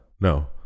no